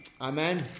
Amen